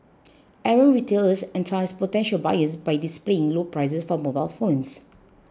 errant retailers entice potential buyers by displaying low prices for mobile phones